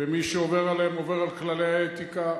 ומי שעובר עליהם עובר על כללי האתיקה.